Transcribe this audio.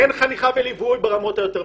אין חניכה וליווי ברמות הבכירות.